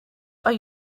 are